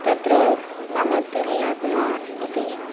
तत्र मम दुर्लभम् इति